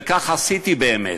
וכך עשיתי באמת.